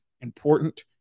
important